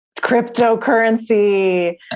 cryptocurrency